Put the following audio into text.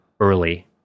early